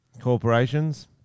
corporations